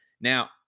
now